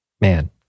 man